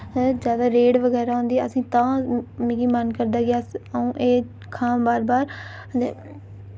ज्यादा रेड़ बगैरा होंदी असें तां मिकी मन करदा कि अस अऊं एह् खां बार बार ते